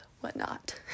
whatnot